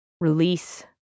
release